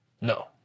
No